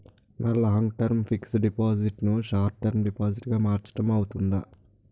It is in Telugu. నా లాంగ్ టర్మ్ ఫిక్సడ్ డిపాజిట్ ను షార్ట్ టర్మ్ డిపాజిట్ గా మార్చటం అవ్తుందా?